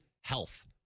health